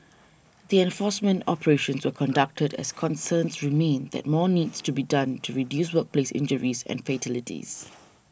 the enforcement operations were conducted as concerns remain that more needs to be done to reduce workplace injuries and fatalities